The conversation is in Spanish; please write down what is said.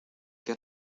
qué